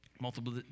multiple